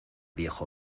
viejo